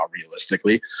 realistically